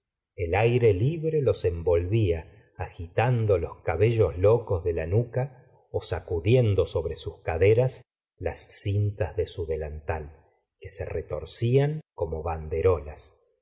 el aire libre los envolvía agitando los cabellos locos de la nuca ó sacudiendo sobre sus caderas las cintas de su delantal que se retorcían como banderolas